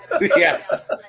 Yes